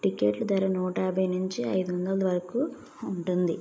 టికెట్లు ధర నూట యాభై నుంచి ఐదువందల వరకు ఉంటుంది